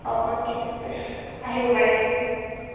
হ'ব ঠিক আছে আহিব পাৰে